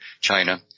China